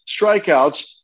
strikeouts